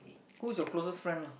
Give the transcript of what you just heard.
who's your closest friend lah